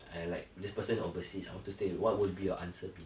I like this person overseas and want to stay what would be your answer be